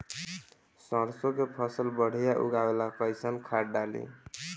सरसों के फसल बढ़िया उगावे ला कैसन खाद डाली?